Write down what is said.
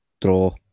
draw